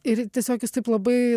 ir tiesiog jis taip labai